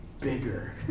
bigger